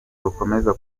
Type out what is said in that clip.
rukomeza